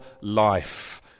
life